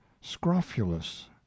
scrofulous